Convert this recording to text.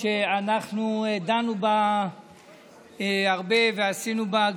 שאנחנו דנו בה הרבה וגם עשינו בה שינויים.